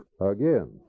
Again